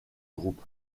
groupe